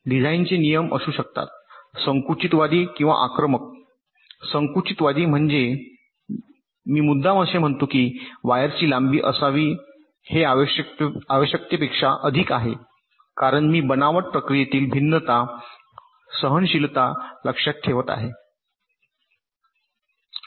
डिझाइनचे नियम असू शकतात संकुचितवादी किंवा आक्रमक संकुचितवादी म्हणजे मी मुद्दाम असे म्हणतो की वायरची लांबी असावी हे आवश्यकतेपेक्षा अधिक आहे कारण मी बनावट प्रक्रियेतील भिन्नता सहनशीलता लक्षात ठेवत आहे